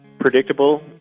predictable